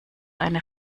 eine